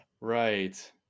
right